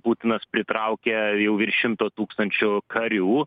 putinas pritraukia jau virš šimto tūkstančių karių